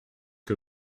que